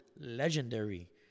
legendary